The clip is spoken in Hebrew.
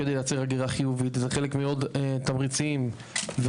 כדי לייצר הגירה חיובית וזה חלק מאוד תמריצים ודברים